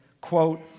quote